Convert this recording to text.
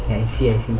I see I see